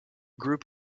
group